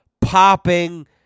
popping